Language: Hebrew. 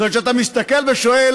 זאת אומרת שכשאתה מסתכל ושואל,